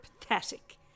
pathetic